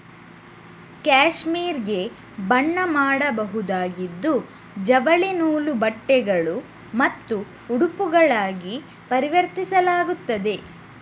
cashmere ಗೆ ಬಣ್ಣ ಮಾಡಬಹುದಾಗಿದ್ದು ಜವಳಿ ನೂಲು, ಬಟ್ಟೆಗಳು ಮತ್ತು ಉಡುಪುಗಳಾಗಿ ಪರಿವರ್ತಿಸಲಾಗುತ್ತದೆ